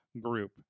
group